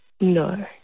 No